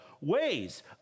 ways